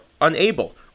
unable